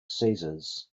caesars